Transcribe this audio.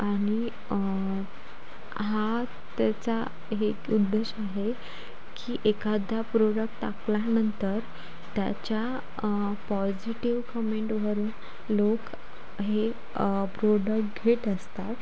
आणि हा त्याचा एक उद्देश आहे की एखादा प्रोडक्ट टाकल्यानंतर त्याच्या पॉझिटिव्ह कमेंटवरून लोक हे प्रोडक्ट घेत असतात